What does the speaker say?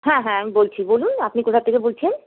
হ্যাঁ হ্যাঁ আমি বলছি বলুন আপনি কোথা থেকে বলছেন